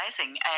amazing